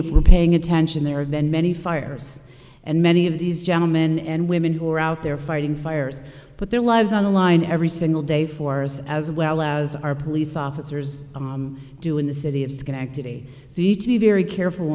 if we're paying attention there have been many fires and many of these gentlemen and women who are out there fighting fires put their lives on the line every single day for us as well as our police officers do in the city of schenectady see to be very careful